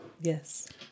Yes